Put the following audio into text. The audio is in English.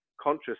conscious